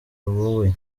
wowe